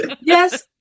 Yes